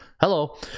Hello